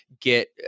get